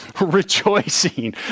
rejoicing